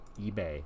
ebay